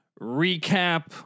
recap